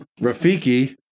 Rafiki